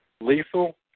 Lethal